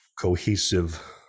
cohesive